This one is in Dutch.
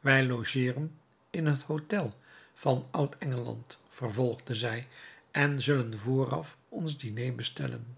wij logeeren in het hotel van oud-engeland vervolgde zij en zullen vooraf ons diner bestellen